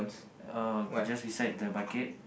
uh just beside the bucket